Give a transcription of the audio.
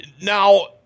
Now